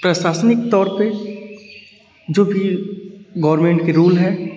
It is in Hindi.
प्रशासनिक तौर पर जो भी गोवरमेंट के रूल हैं